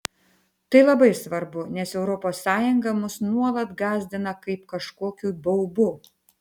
tai labai svarbu nes europos sąjunga mus nuolat gąsdina kaip kažkokiu baubu